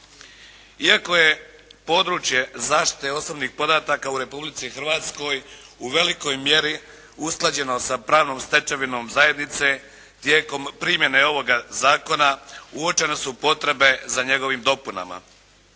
Iako je područje zaštite osobnih podataka u Republici Hrvatskoj u velikoj mjeri usklađeno sa pravnom stečevinom zajednice tijekom primjene ovoga zakona uočene su potrebe za njegovim dopunama.